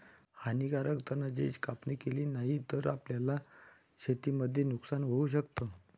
हानीकारक तणा ची कापणी केली नाही तर, आपल्याला शेतीमध्ये नुकसान होऊ शकत